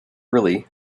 really